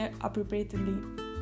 appropriately